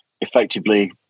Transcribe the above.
Effectively